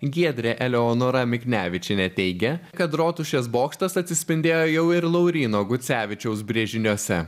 giedrė eleonora miknevičienė teigia kad rotušės bokštas atsispindėjo jau ir lauryno gucevičiaus brėžiniuose